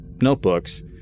notebooks